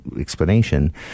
Explanation